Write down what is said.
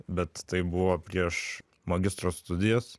bet tai buvo prieš magistro studijas